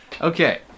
Okay